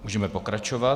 Můžeme pokračovat.